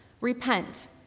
Repent